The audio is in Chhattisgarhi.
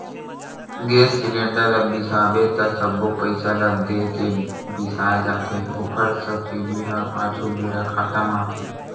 गेस सिलेंडर ल बिसाबे त सबो पइसा ल दे के बिसाए जाथे ओखर सब्सिडी ह पाछू बेरा खाता म आथे